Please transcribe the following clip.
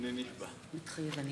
מתחייב אני